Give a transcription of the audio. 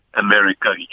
America